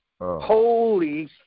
Holy